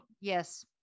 Yes